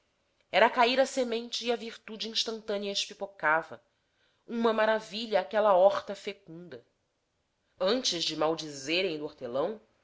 era cair a semente e a virtude instantânea espipocava uma maravilha aquela horta fecunda antes de maldizerem do hortelão